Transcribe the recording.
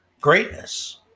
greatness